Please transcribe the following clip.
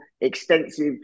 extensive